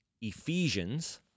Ephesians